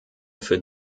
für